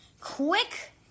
quick